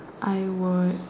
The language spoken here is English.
I would